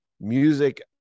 music